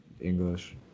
English